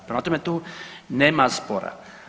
Prema tome tu nema spora.